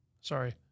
Sorry